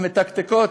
המתקתקות,